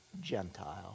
Gentile